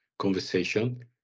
Conversation